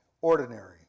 ordinary